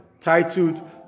titled